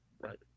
right